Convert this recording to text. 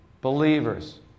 Believers